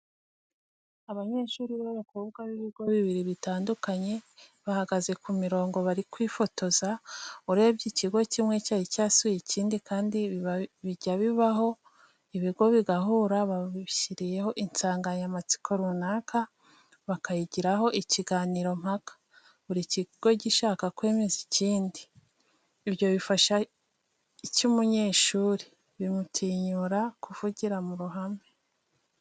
Abanyeshuri babakobwa bibigo bibiri bitandukanye bahagaze kumirongo barimo kwifotoza urebye ikigo kimwe cyari cyasuye ikindi kandi bijya bibaho ibigo bigahura babashyiriyeho insanganya matsiko runaka bakayigiraho ikiganiro mpaka buri kigo gishaka kwemeza ikindi. ibyo bifasha iki umunyeshuri bimutinyura kuvugira muruhame.